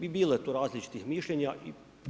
I bilo je tu različitih mišljenja.